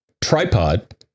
tripod